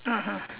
(uh huh)